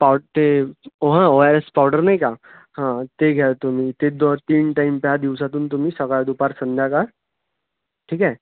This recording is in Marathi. पाव ते ओ हा ओ आर एस पावडर नाही का हां ते घ्या तुम्ही ते दो तीन टाईम त्या दिवसातून तुम्ही सकाळ दुपार संध्याकाळ ठीक आहे